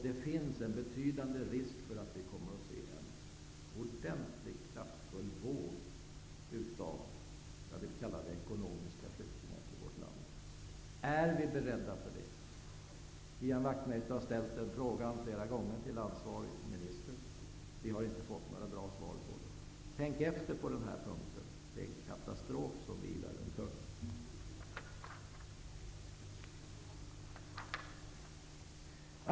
Det finns en betydande risk för att vi kommer att få se en ordentlig, kraftfull, våg till vårt land av vad jag skulle vilja kalla för ekonomiska flyktingar. Är vi beredda på det? Ian Wachtmeister har ställt den frågan flera gånger till ansvarig minister, men vi har inte fått några bra svar på den. Tänk efter på den här punkten. Det är en katastrof som vilar runt hörnet.